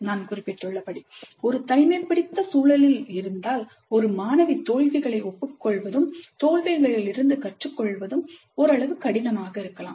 நான் குறிப்பிட்டுள்ளபடி ஒரு தனிமைப்படுத்தப்பட்ட சூழலில் இருந்தால் ஒரு மாணவி தோல்விகளை ஒப்புக்கொள்வதும் தோல்விகளில் இருந்து கற்றுக்கொள்வதும் ஓரளவு கடினமாக இருக்கலாம்